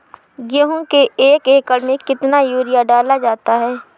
गेहूँ के एक एकड़ में कितना यूरिया डाला जाता है?